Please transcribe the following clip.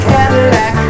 Cadillac